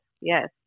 yes